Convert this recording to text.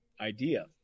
idea